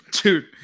Dude